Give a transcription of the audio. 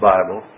Bible